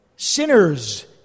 Sinners